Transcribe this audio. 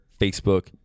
facebook